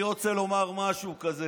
אני רוצה לומר משהו כזה.